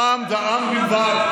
העם והעם בלבד.